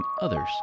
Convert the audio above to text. others